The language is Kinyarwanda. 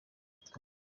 gikorwa